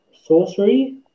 sorcery